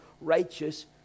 righteous